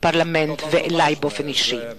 לפרלמנט ואלי באופן אישי.